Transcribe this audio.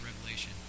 Revelation